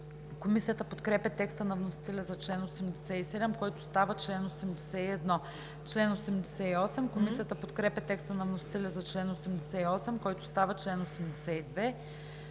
Комисията подкрепя текста на вносителя за чл. 87, който става чл. 81. Комисията подкрепя текста на вносителя за чл. 88, който става чл. 82.